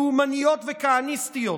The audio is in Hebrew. לאומניות וכהניסטיות